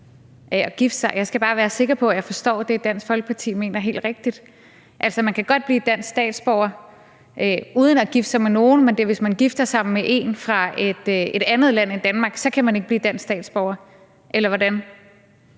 Jeg skal bare være sikker på, at jeg forstår det, Dansk Folkepartis ordfører mener, helt rigtigt. Altså, man kan godt blive dansk statsborger uden at gifte sig med nogen, men hvis man gifter sig med en fra et andet land end Danmark, kan man ikke blive dansk statsborger – eller hvordan?